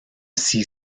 sea